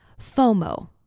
FOMO